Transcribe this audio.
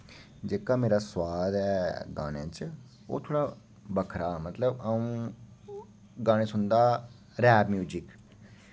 जेह्का मेरा सुआद ऐ गानें च ओह् थोह्ड़ा बक्खरा मतलब अ'ऊं गाने सुन दा रैप म्यूजिक